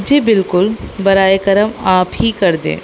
جی بالکل براہ کرم آپ ہی کر دیں